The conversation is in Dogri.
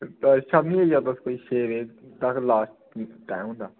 ता शामीं होई जाओ तुस कोई छे बजे दाखल लास्ट टाईम होंदा